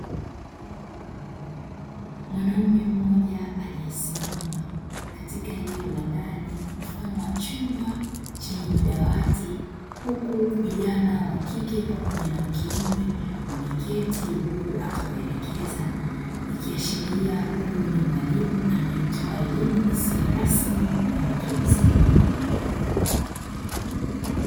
Mwanamume mmoja aliyesimama katika eneo la ndani, mfano wa chumba chenye madawati, huku vijana wa kike pamoja na wa kiume wameketi, akiwaelekeza, ikiashiria kuwa ni mwalimu anayetoa elimu isiyo rasmi kwa watu wazima.